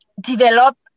develop